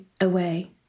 away